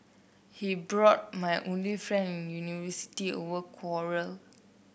he brought my only friend in university our quarrel